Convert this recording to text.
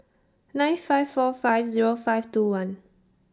nine five four five Zero five two one